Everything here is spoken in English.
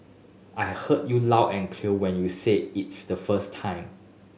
I heard you loud and clear when you said it's the first time